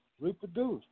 Reproduce